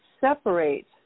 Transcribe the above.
separate